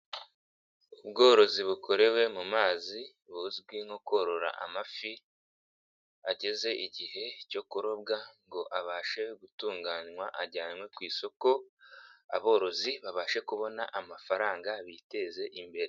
Ubworozi bukorewe mu mazi buzwi nko korora amafi, ageze igihe cyo kurobwa ngo abashe gutunganywa ajyanwa ku isoko, aborozi babashe kubona amafaranga biteze imbere.